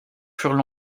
furent